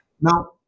Now